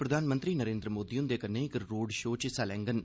प्रधानमंत्री नरेन्द्र मोदी हुंदे कन्नै इक रोड शो च हिस्सा लैंगन